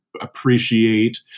appreciate